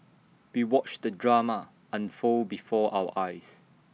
we watched the drama unfold before our eyes